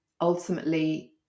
ultimately